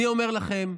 אני אומר לכם,